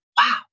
wow